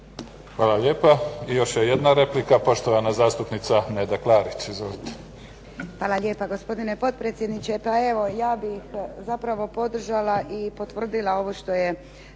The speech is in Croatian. Hvala lijepa. I još je jedna replika. Poštovana zastupnica Neda Klarić. Izvolite. **Klarić, Nedjeljka (HDZ)** Hvala lijepa, gospodine potpredsjedniče. Pa evo ja bih zapravo podržala i potvrdila ovo što je